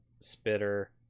spitter